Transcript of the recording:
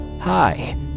hi